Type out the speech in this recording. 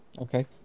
Okay